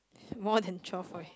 more than twelve eh